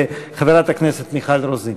חברת הכנסת מיכל רוזין.